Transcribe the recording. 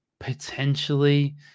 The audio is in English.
Potentially